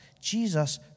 Jesus